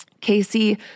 Casey